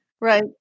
Right